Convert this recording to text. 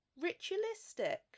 ritualistic